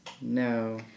No